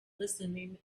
listening